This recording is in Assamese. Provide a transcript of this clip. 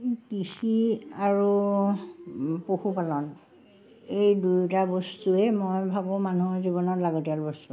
কৃষি আৰু পশুপালন এই দুয়োটা বস্তুৱে মই ভাবোঁ মানুহৰ জীৱনত লাগতিয়াল বস্তু